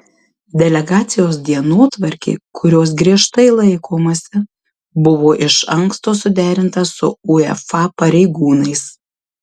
delegacijos dienotvarkė kurios griežtai laikomasi buvo iš anksto suderinta su uefa pareigūnais